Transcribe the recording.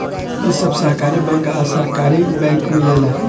इ सब सहकारी बैंक आ सरकारी बैंक मिलेला